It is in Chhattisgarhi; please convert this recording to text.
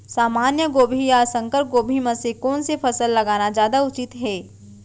सामान्य गोभी या संकर गोभी म से कोन स फसल लगाना जादा उचित हे?